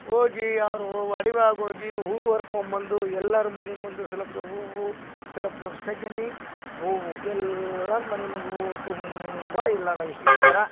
ಹೋಗಿ ಅಡವಿಯಾಗ್ ಹೋಗಿ ಹೂವು ಹರ್ಕೊಬಂದು ಎಲ್ಲಾರು ಮನೆ ಮುಂದೆ ಸ್ವಲ್ಪ್ ಸ್ವಲ್ಪ್ ಹೂವು ಸ್ವಲ್ಪ್ ಸ್ವಲ್ಪ್ ಸಗಣಿ ಹೂವು ಎಲ್ಲರ ಮನೆ ಮುಂದೆ ಊರು ತುಂಬ ಇಲ್ಲಾರ ಇಷ್ಟು ಇಷ್ಟು ಜರಾ